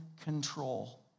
control